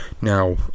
now